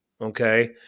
okay